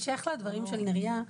אני אבקש להתייחס בהמשך לדברים של נריה,